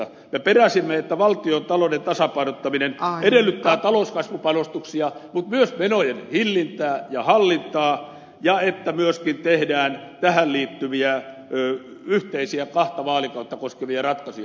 me peräsimme että valtiontalouden tasapainottaminen edellyttää talouskasvupanostuksia mutta myös menojen hillintää ja hallintaa ja että myöskin tehdään tähän liittyviä yhteisiä kahta vaalikautta koskevia ratkaisuja